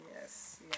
Yes